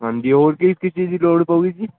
ਹਾਂਜੀ ਹੋਰ ਕਿਸ ਚੀਜ਼ ਦੀ ਲੋੜ ਪਊਗੀ ਜੀ